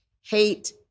hate